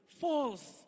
False